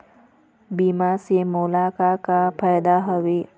बीमा से मोला का का फायदा हवए?